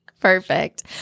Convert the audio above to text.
Perfect